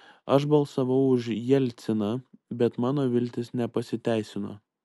aš balsavau už jelciną bet mano viltys nepasiteisino